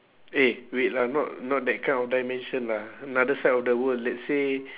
eh wait lah not not that kind of dimension lah another side of the world let's say